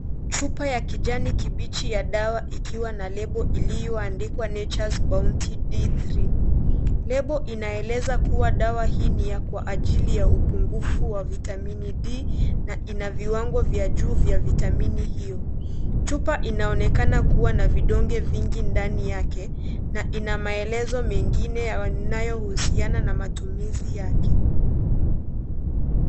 Chupa ya kijani kibichi ya dawa ikiwa na lebo iliyoandikwa Nature's Bounty D3 . Lebo inaonyesha kuwa dawa hii ni ya kwa ajili ya upungufu wa vitamini D na ina viwango vya juu vya vitamini hio. Chupa inaonekana kuwa na vidonge vingi ndani yake na ina maelezo mengine yanayaohusiana na matumizi yake.